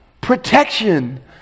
protection